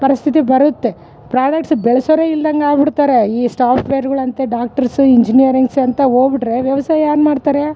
ಪರಿಸ್ಥಿತಿ ಬರುತ್ತೆ ಪ್ರಾಡಕ್ಟ್ಸ್ ಬೆಳ್ಸೋರೆ ಇಲ್ದಂಗೆ ಆಗ್ಬುಡ್ತಾರೆ ಈ ಸಾಫ್ಟವೆರ್ಗುಳು ಅಂತೆ ಡಾಕ್ಟರ್ಸು ಇಂಜಿನಿಯರಿಗ್ಸ್ ಅಂಥ ಹೋಗ್ಬುಟ್ಟರೆ ವ್ಯವಸಾಯ ಯಾರು ಮಾಡ್ತಾರೆ